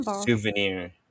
souvenir